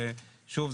ששוב,